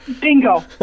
bingo